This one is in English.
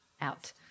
out